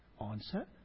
answer